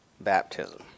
baptism